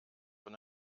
von